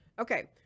Okay